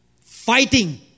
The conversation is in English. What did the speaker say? Fighting